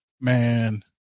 man